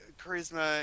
charisma